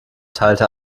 teilte